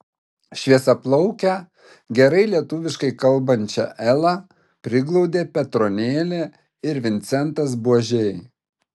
šviesiaplaukę gerai lietuviškai kalbančią elą priglaudė petronėlė ir vincentas buožiai